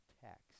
text